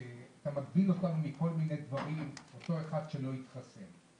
שאתה מגביל בכל מיני דברים את אותו אחד שלא התחסן.